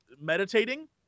meditating